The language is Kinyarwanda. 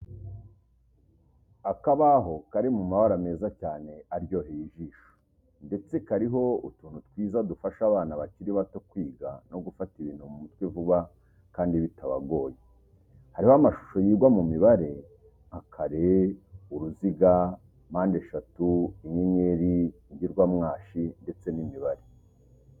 Akabaho kari mu mabara meza cyane aryohere ijisho ndetse kariho utuntu twiza dufasha abana bakiri bato kwiga no gufata ibintu mu mutwe vuba, kandi bitabagoye, hariho amashusho yigwa mu mibare nka kare, uruziga, mpandeshatu, inyenyeri, ingirwamwashi ndetse n'imibare.